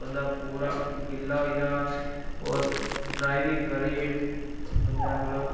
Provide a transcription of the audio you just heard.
बंदा पूरा गिल्ला होई गेदा और ड्राइविंग करी बंदा मतलब